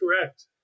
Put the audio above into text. correct